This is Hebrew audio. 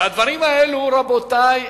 רבותי,